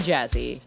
Jazzy